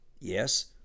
Yes